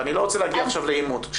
ואני לא רוצה להגיע עכשיו לעימות.